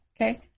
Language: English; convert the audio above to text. okay